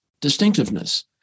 distinctiveness